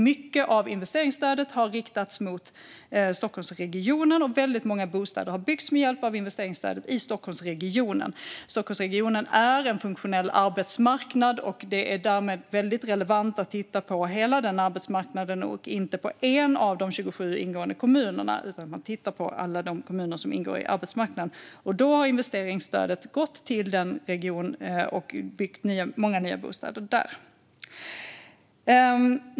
Mycket av investeringsstödet har riktats mot Stockholmsregionen, och väldigt många bostäder har byggts med hjälp av investeringsstödet i Stockholmsregionen. Stockholmsregionen är en funktionell arbetsmarknad, och det är därmed väldigt relevant att titta på hela den arbetsmarknaden och inte bara på en av de 27 ingående kommunerna. Investeringsstöd har gått till denna region, och många nya bostäder har byggts.